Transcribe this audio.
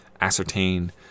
ascertain